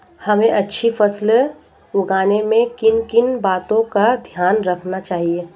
हमें अच्छी फसल उगाने में किन किन बातों का ध्यान रखना चाहिए?